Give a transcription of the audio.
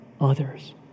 others